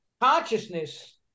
consciousness